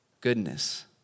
goodness